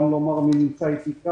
נמצאים איתי: